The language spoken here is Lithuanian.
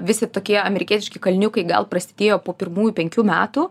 visi tokie amerikietiški kalniukai gal prasidėjo po pirmųjų penkių metų